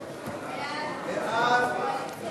1 2